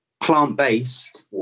plant-based